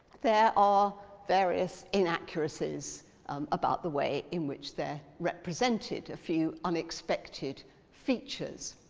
there are various inaccuracies about the way in which they're represented, a few unexpected features.